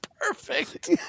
perfect